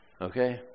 Okay